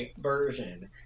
version